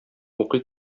укый